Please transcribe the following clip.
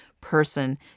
person